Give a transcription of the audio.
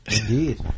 Indeed